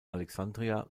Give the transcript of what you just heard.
alexandria